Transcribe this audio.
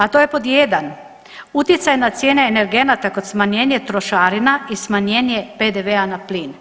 A to je pod jedan utjecaj na cijene energenata kod smanjenje trošarina i smanjenje PDV-a na plin.